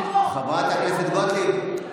חברת הכנסת גוטליב,